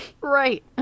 Right